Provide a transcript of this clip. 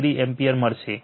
87o ampere મળશે